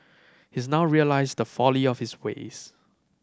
he's now realised the folly of his ways